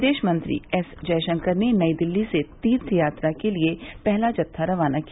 विदेश मंत्री एस जयशंकर ने नई दिल्ली से तीर्थ यात्रा के लिये पहला जत्था रवाना किया